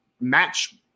match